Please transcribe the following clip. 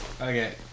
Okay